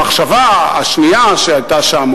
המחשבה השנייה שהיתה שם,